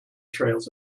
trails